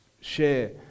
share